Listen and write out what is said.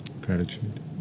gratitude